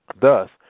Thus